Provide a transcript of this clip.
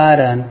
कारण